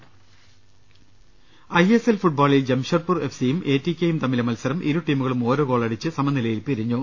്്്്്്്് I S L ഫുട്ബോളിൽ Jamshedpur F സിയും A T കെയും തമ്മിലെ മത്സരം ഇരുടീമുകളും ഓരോ ഗോളടിച്ച് സമനിലയിൽ പിരി ഞ്ഞു